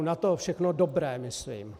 Na to všechno dobré, myslím.